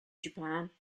japan